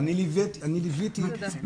ואני ליוויתי מפתחים,